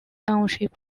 township